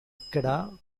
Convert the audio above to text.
ikeda